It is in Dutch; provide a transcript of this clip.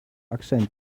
accent